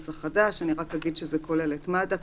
התשל"א 1971‏; אני רק אגיד שזה כולל את מד"א,